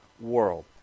world